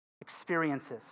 Experiences